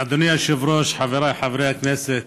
אדוני היושב-ראש, חבריי חברי הכנסת,